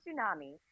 tsunami